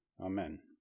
Amen